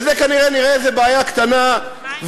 וזו כנראה נראית איזו בעיה קטנה ושולית,